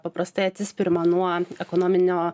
paprastai atsispiriama nuo ekonominio